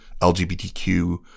LGBTQ